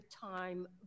time